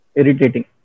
irritating